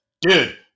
dude